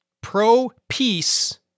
pro-peace